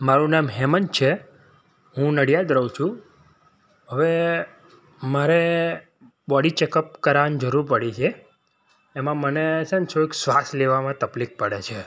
મારું નામ હેમંત છે હું નડીયાદ રહું છું હવે મારે બોડી ચેકઅપ કરાવાની જરૂર પડી છે એમાં મને છે ને થોડીક શ્વાસ લેવામાં તફલિક પડે છે